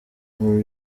ibi